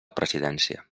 presidència